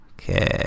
Okay